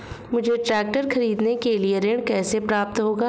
मुझे ट्रैक्टर खरीदने के लिए ऋण कैसे प्राप्त होगा?